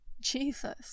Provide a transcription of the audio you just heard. Jesus